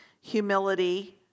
humility